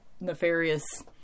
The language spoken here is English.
nefarious